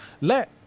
let